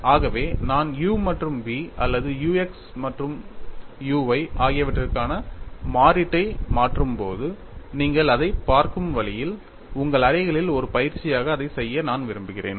ஆகவே நான் u மற்றும் v அல்லது u x மற்றும் u y ஆகியவற்றுக்கான மாற்றீட்டை மாற்றும்போது நீங்கள் அதைப் பார்க்கும் வழியில் உங்கள் அறைகளில் ஒரு பயிற்சியாக அதைச் செய்ய நான் விரும்புகிறேன்